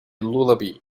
lullaby